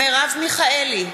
מרב מיכאלי,